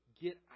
get